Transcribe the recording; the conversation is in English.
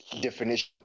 definition